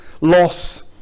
loss